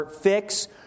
fix